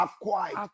acquired